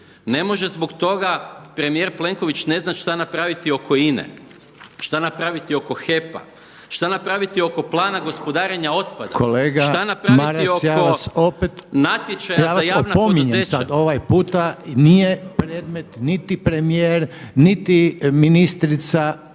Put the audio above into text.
ne može zbog toga premijer Plenković ne znat šta napraviti oko INA-e, šta napraviti oko HEP-a, šta napraviti oko plana gospodarenja otpadom, šta napraviti oko natječaja za javna poduzeća…